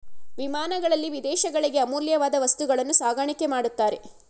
ವಿಮಾನಗಳಲ್ಲಿ ವಿದೇಶಗಳಿಗೆ ಅಮೂಲ್ಯವಾದ ವಸ್ತುಗಳನ್ನು ಸಾಗಾಣಿಕೆ ಮಾಡುತ್ತಾರೆ